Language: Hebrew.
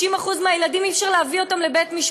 90% מהילדים אי-אפשר להביא לבית-משפט.